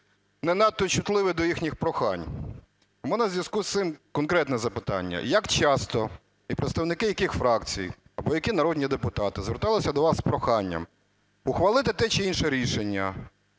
не надто чутливі до їхніх прохань. У мене у зв'язку з цим конкретне запитання. Як часто і представники яких фракцій або які народні депутати зверталися до вас з проханням ухвалити те чи інше рішення,